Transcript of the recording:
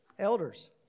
elders